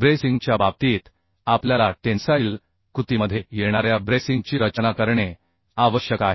ब्रेसिंगच्या बाबतीत आपल्याला टेन्साइल कृतीमध्ये येणाऱ्या ब्रेसिंगची रचना करणे आवश्यक आहे